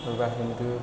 सोरबा हिन्दु